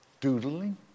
doodling